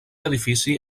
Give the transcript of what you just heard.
edifici